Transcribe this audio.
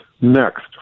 next